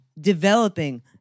developing